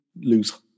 lose